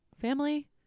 family